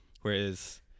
Whereas